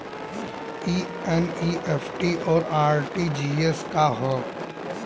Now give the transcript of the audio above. ई एन.ई.एफ.टी और आर.टी.जी.एस का ह?